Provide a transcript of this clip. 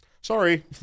sorry